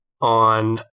on